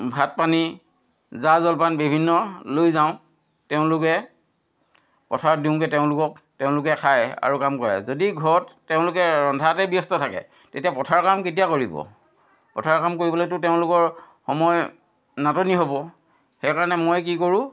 ভাত পানী জা জলপান বিভিন্ন লৈ যাওঁ তেওঁলোকে পথাৰত দিওঁগৈ তেওঁলোকক তেওঁলোকে খায় আৰু কাম কৰে যদি ঘৰত তেওঁলোকে ৰন্ধাতে ব্যস্ত থাকে তেতিয়া পথাৰৰ কাম কেতিয়া কৰিব পথাৰৰ কাম কৰিবলৈতো তেওঁলোকৰ সময় নাটনি হ'ব সেইকাৰণে মই কি কৰোঁ